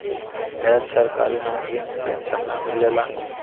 गैर सरकारी नउकरी में पेंशन ना मिलेला